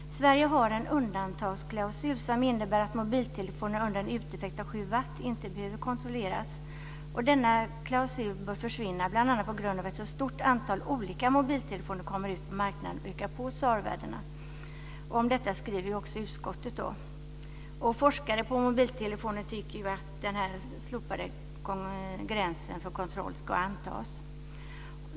Sverige har en undantagsklausul som innebär att mobiltelefoner med en uteffekt på mindre än 7 watt inte behöver kontrolleras. Denna klausul bör försvinna, bl.a. på grund av att ett så stort antal olika mobiltelefoner kommer ut på marknaden och ökar SAR värdena. Utskottet skriver också om detta. Forskare på mobiltelefoner tycker att den slopade gränsen för kontroll ska antas.